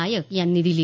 नायक यांनी दिली